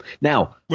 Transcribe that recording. Now